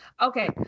Okay